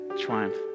triumph